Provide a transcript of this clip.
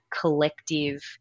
collective